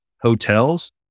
hotels